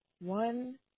one